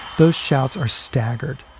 those shouts are staggered.